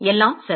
எல்லாம் சரி